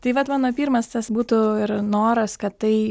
tai vat mano pirmas tas būtų ir noras kad tai